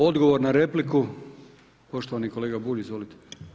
Odgovor na repliku, poštovani kolega Bulj izvolite.